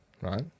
right